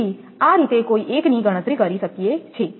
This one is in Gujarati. તેથી આ રીતે કોઈ એકની ગણતરી કરી શકે છે